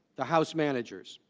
the house managers,